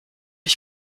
ich